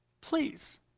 Please